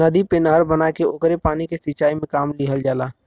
नदी पे नहर बना के ओकरे पानी के सिंचाई में काम लिहल जाला